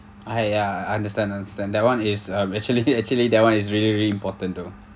I uh understand understand that [one] is uh actually actually that [one] is really really important though